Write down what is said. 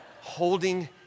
holding